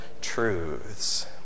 truths